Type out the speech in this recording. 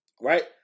right